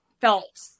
felt